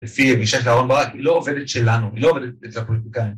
לפי הגישה של אהרן ברק היא לא עובדת אצלנו, היא לא עובדת אצל הפוליטיקאים.